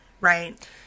right